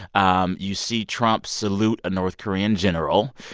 um you see trump salute a north korean general.